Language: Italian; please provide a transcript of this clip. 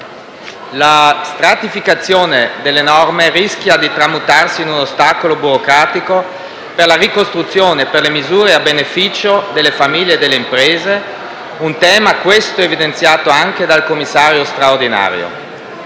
La stratificazione delle norme rischia di tramutarsi in un ostacolo burocratico per la ricostruzione e per le misure a beneficio delle famiglie e delle imprese: un tema, questo, evidenziato anche dal commissario straordinario.